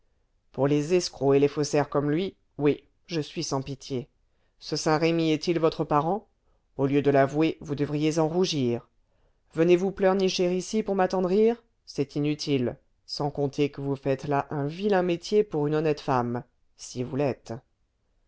pour les escrocs et les faussaires comme lui oui je suis sans pitié ce saint-remy est-il votre parent au lieu de l'avouer vous devriez en rougir venez-vous pleurnicher ici pour m'attendrir c'est inutile sans compter que vous faites là un vilain métier pour une honnête femme si vous l'êtes